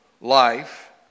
life